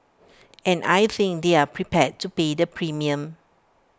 and I think they're prepared to pay the premium